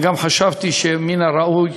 גם חשבתי שמן הראוי